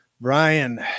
Brian